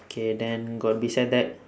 okay then got beside that